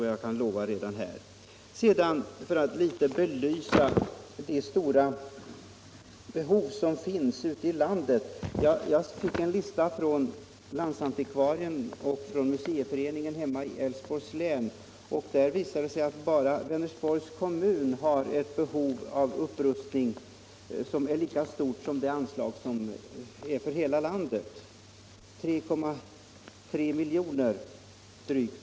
Jag skall ge ett exempel på det stora behov som finns i landet. Jag fick en lista från landsantikvarien och museiföreningen i Älvsborgs län. Den visar att bara Vänersborgs kommun har ett behov av upprustning som är lika stort som anslaget för hela landet, drygt 3,3 milj.kr.